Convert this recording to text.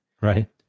right